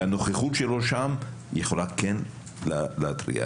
הנוכחות שלו שם יכולה כן להתריע.